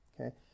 Okay